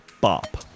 bop